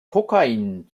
kokain